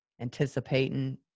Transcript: anticipating